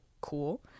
cool